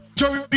dirty